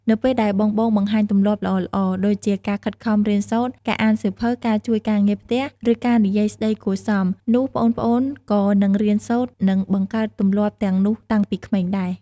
នៅពេលដែលបងៗបង្ហាញទម្លាប់ល្អៗ ដូចជាការខិតខំរៀនសូត្រ ការអានសៀវភៅ ការជួយការងារផ្ទះ ឬការនិយាយស្ដីគួរសម នោះប្អូនៗក៏នឹងរៀនសូត្រ និងបង្កើតទម្លាប់ទាំងនោះតាំងពីក្មេងដែរ ។